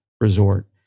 Resort